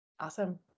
Awesome